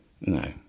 no